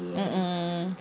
mm mm